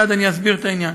מייד אסביר את העניין.